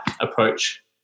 approach